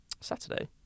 Saturday